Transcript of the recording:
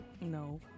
No